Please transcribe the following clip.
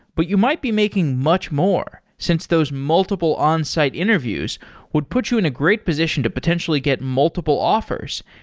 but you might be making much more since those multiple onsite interviews would put you in a great position to potentially get multiple offers,